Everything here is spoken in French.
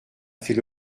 fait